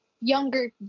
younger